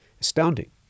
Astounding